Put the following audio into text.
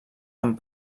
amb